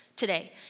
Today